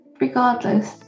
Regardless